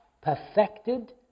perfected